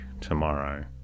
tomorrow